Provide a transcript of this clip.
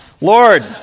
Lord